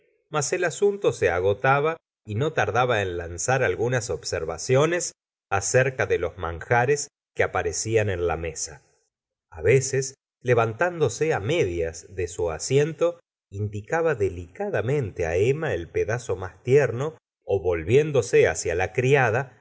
mas el asunto se agotaba y no tardaba en lanzar algunas observaciones acerca de los manjares que aparecían en la mesa a veces levantándose medias de su asiento indicaba delicadamente emma el pedazo más tierno volviéndose hacia la criada